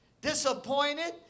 disappointed